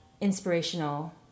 inspirational